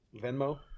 Venmo